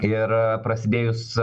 ir prasidėjus